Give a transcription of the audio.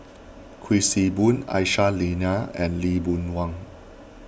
Kuik Swee Boon Aisyah Lyana and Lee Boon Wang